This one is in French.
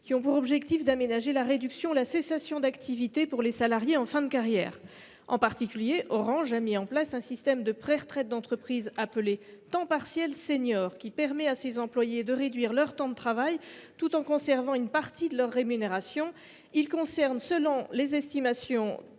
qui ont pour objectif d’aménager la réduction ou la cessation d’activité des salariés en fin de carrière. Orange, en particulier, a mis en place un système de préretraite d’entreprise appelé « temps partiel senior », qui permet à ses employés de réduire leur temps de travail tout en conservant une partie de leur rémunération. Selon les estimations